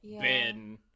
Ben